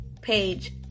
page